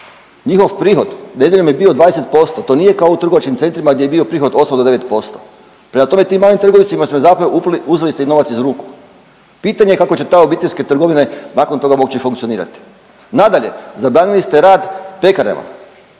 Njihov prihod nedeljom je bio 20% to nije kao u trgovačkim centrima gdje je bio prihod 8 do 9%. Prema tome, tim malim trgovcima smo zapravo uzeli ste im novac iz ruku. Pitanje je kako će te obiteljske trgovine nakon toga moći funkcionirati? Nadalje, zabranili ste rad pekarama,